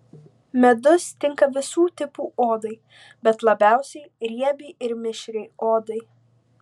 medus tinka visų tipų odai bet labiausiai riebiai ir mišriai odai